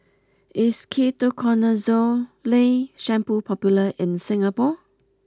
is Ketoconazole shampoo popular in Singapore